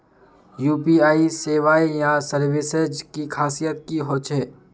UPI सेवाएँ या services की खासियत की होचे?